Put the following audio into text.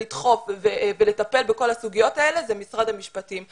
לדחוף ולטפל בכל הסוגיות האלה זה משרד המשפטים.